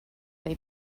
they